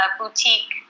boutique